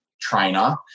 trainer